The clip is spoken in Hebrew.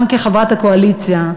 גם כחברת הקואליציה,